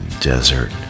desert